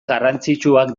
garrantzitsuak